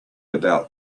about